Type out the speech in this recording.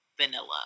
vanilla